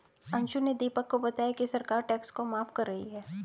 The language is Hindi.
अंशु ने दीपक को बताया कि सरकार टैक्स को माफ कर रही है